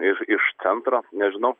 iš iš centro nežinau